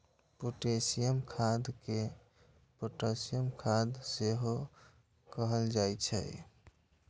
potassium खाद कें potash खाद सेहो कहल जाइ छै